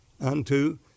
unto